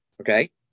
Okay